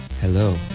hello